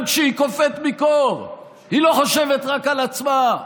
גם כשהיא קופאת מקור, היא לא חושבת רק על עצמה,